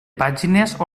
pàgines